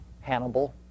Hannibal